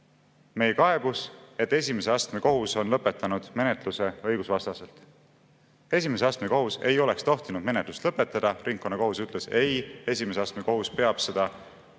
meie kaebus, et esimese astme kohus on lõpetanud menetluse õigusvastaselt. Esimese astme kohus ei oleks tohtinud menetlust lõpetada. Ringkonnakohus ütles: ei, esimese astme kohus peab seda menetlust